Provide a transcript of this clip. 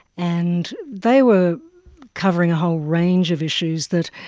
and they were covering a whole range of issues that,